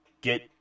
get